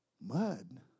Mud